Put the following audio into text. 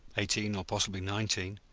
eighteen, or possibly nineteen,